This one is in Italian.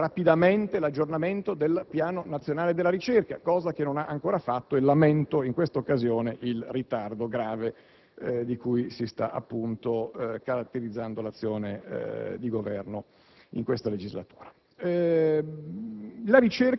rapidamente l'aggiornamento del piano nazionale della ricerca; cosa che non ha ancora fatto e lamento in questa occasione il grave ritardo che sta caratterizzando l'azione di Governo in questa legislatura.